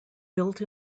built